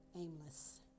Aimless